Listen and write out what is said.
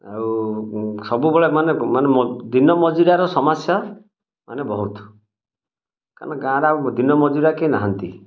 ଆଉ ସବୁବେଳେ ମାନେ ମାନେ ଦିନ ମଜୁରିଆର ସମସ୍ୟା ମାନେ ବହୁତ କାରଣ ଗାଁରେ ଆଉ ଦିନ ମଜୁରିଆ କେହି ନାହାନ୍ତି